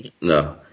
no